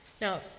Now